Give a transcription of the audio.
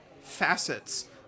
facets